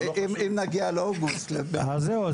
ואם נגיע לאוגוסט --- זהו,